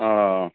ہاں